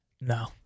No